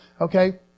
Okay